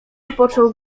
począł